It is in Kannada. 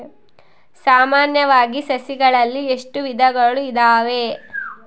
ಸಾಮಾನ್ಯವಾಗಿ ಸಸಿಗಳಲ್ಲಿ ಎಷ್ಟು ವಿಧಗಳು ಇದಾವೆ?